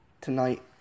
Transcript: tonight